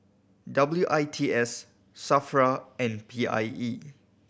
W I T S SAFRA and P I E